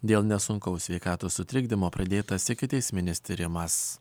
dėl nesunkaus sveikatos sutrikdymo pradėtas ikiteisminis tyrimas